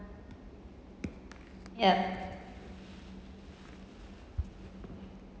yup